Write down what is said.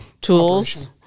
tools